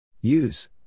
Use